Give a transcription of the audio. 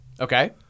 Okay